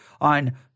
on